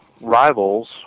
rivals